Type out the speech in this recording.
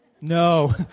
No